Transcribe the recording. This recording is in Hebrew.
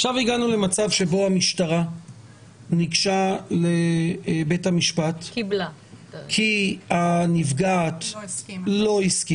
עכשיו הגענו למצב שבו המשטרה ניגשה לבית המשפט כי הנפגעת לא הסכימה,